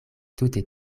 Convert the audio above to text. tute